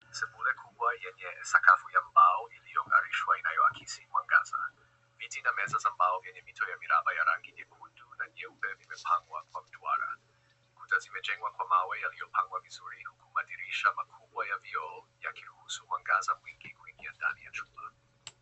Sebule kubwa yenye sakafu ya mbao iliyong'arishwa inayoakisi mwangaza. Viti na meza za mbao venye mito na miramba ya rangi nyekundu na nyeupe vimepangwa kwa mduara. Kuta zimejengwa kwa mawe yaliyopangwa vizuri huku madirisha makubwa ya vioo yakiruhusu mwangaza kuingia ndani ya chumba.